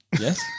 Yes